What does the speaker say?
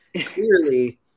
clearly